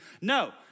No